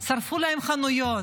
שרפו להם חנויות,